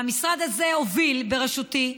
המשרד הזה הוביל, בראשותי,